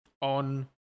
on